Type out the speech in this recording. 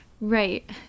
Right